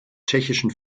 tschechischen